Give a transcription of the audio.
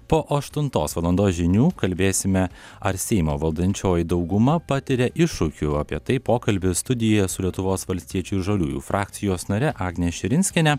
po aštuntos valandos žinių kalbėsime ar seimo valdančioji dauguma patiria iššūkių apie tai pokalbis studijoje su lietuvos valstiečių ir žaliųjų frakcijos nare agne širinskiene